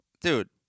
Dude